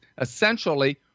essentially